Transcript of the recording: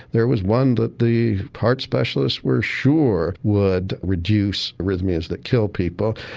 there was one that the heart specialists were sure would reduce arrhythmias that kill people,